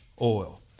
oil